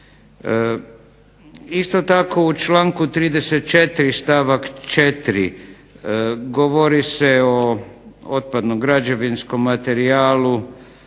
Isto tako u članku 34. stavak 4. govori se o otpadnom građevinskom materijalu,